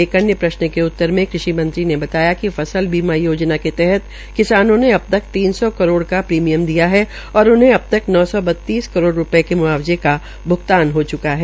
एक अन्य प्रश्न के उत्तर में कृषि मंत्री ने बताया कि फसल बीमा योजना के तहत किसानों ने अबतक तीन सौ करोड का प्रीमियम दिया है और उन्हें अबतक नौ सो बत्तीस करोड़ रूपये के मुआवजे का भ्गतान हो च्का है